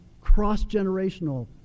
cross-generational